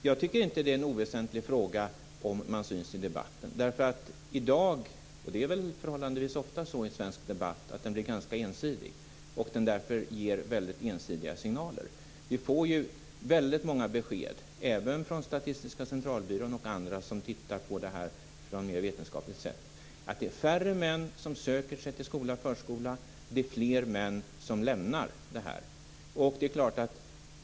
Herr talman! Jag tycker inte att det är en oväsentlig fråga om man syns i debatten. Det är förhållandevis ofta så i dag i svensk debatt att den blir ganska ensidig. Därför ger den också väldigt ensidiga signaler. Vi får väldigt många besked, även från Statistiska centralbyrån och andra som tittar på detta på ett mer vetenskapligt sätt, om att det är färre män som söker sig till skola och förskola och att det är fler män som lämnar dem.